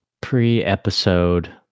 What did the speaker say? pre-episode